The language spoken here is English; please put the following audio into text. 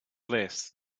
less